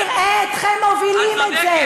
נראה אתכם מובילים את זה.